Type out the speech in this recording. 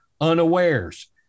unawares